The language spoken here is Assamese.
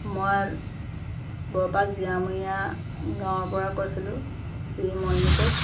মই বৰপাক জীয়ামৰীয়া গাঁৱৰ পৰা কৈছিলোঁ শ্ৰী মণি কোঁচ